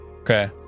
okay